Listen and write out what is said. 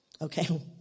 Okay